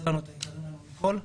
את היקרים לנו מכול.